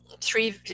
three